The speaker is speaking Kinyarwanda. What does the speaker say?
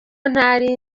ntari